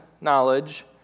knowledge